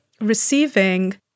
receiving